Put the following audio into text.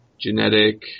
genetic